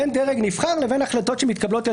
בין דרג נבחר ולבין החלטות שמתקבלות על